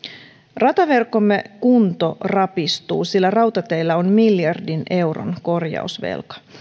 rataverkkomme kunto rapistuu sillä rautateillä on miljardin euron korjausvelka